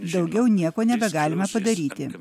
daugiau nieko nebegalima padaryti